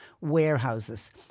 warehouses